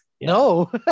no